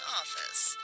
office